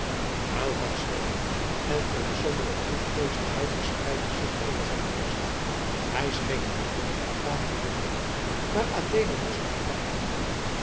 zweeg en een sombere droefgeestigheid verspreidde zich over zijn wezen hij scheen echter nog een vraag te willen doen maar adeelen was hem